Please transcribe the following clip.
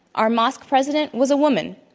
our mosque president was a woman,